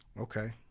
okay